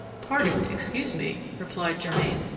pardon, excuse me, replied germain,